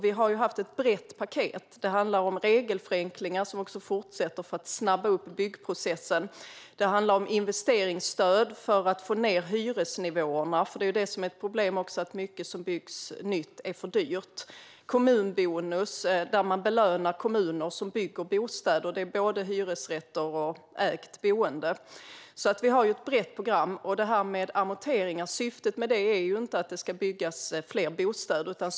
Vi har ju haft ett brett paket. Det handlar om regelförenklingar, som också fortsätter, för att snabba upp byggprocessen. Det handlar om investeringsstöd för att få ned hyresnivåerna, för det är ju ett problem att mycket av nyproduktionen är för dyr. Det handlar om kommunbonus, att man belönar kommuner som bygger bostäder, både hyresrätter och ägt boende. Vi har alltså ett brett program. Syftet med amorteringskravet är inte att det ska byggas fler bostäder.